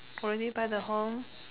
already buy the home